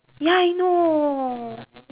ya I know